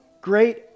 great